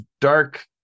dark